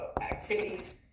activities